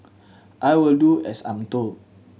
I will do as I'm told